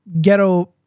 ghetto